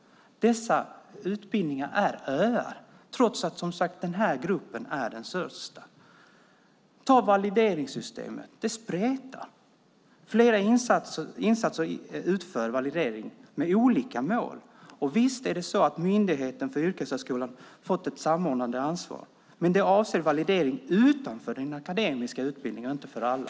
Dessa utbildningar är öar, trots att denna grupp som sagt är en av de största. Ta valideringssystemet. Det spretar. I flera insatser utföll validering med olika mål. Visst är det så att Myndigheten för yrkeshögskolan har fått ett samordnande ansvar, men det avser validering utanför den akademiska utbildningen, inte för alla.